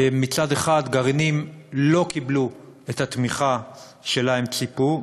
מצד אחד, גרעינים לא קיבלו את התמיכה שלה הם ציפו,